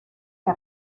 que